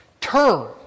Turn